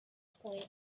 point